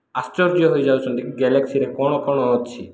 ଆଶ୍ଚର୍ଯ୍ୟ ହୋଇଯାଉଛନ୍ତି ଗ୍ୟାଲେକ୍ସିରେ କ'ଣ କ'ଣ ଅଛି